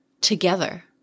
together